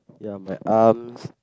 ya my arms